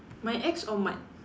my ex or Mad